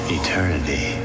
Eternity